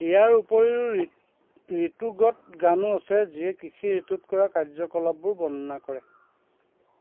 ইয়াৰ উপৰিও ঋতুগত গানো আছে যিয়ে কৃষি ঋতুত কৰা কাৰ্য কলাপবোৰ বৰ্ণনা কৰে